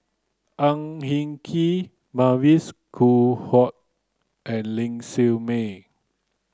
Ang Hin Kee Mavis Khoo Oei and Ling Siew May